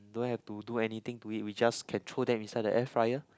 don't have to do anything to it we just can throw them inside the air fryer